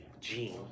Gene